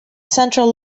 central